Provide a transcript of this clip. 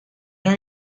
are